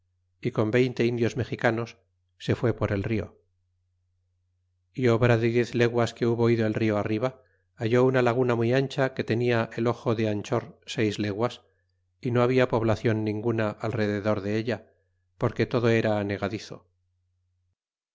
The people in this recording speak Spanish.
y con veinte indios mexicanos se fué por el rio y obra de diez leguas que hubo ido el rio arriba halló una laguna muy ancha que tenia el ojo de anchor seis leguas y no habla poblacion ninguna al rededor della porque todo era anegadizo